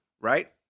right